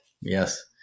Yes